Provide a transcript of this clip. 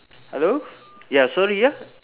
hello ya sorry ya